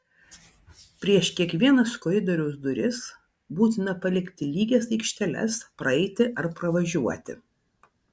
prieš kiekvienas koridoriaus duris būtina palikti lygias aikšteles praeiti ar pravažiuoti